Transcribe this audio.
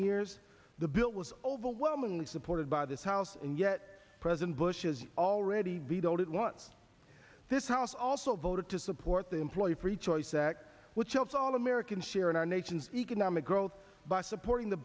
ors the bill was overwhelmingly support by this house and yet president bush has already be told at once this house also voted to support the employee free choice act which helps all americans share in our nation's economic growth by supporting the